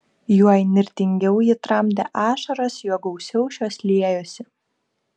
juo įnirtingiau ji tramdė ašaras juo gausiau šios liejosi